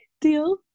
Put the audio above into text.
deal